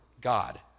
God